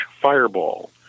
fireball